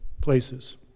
places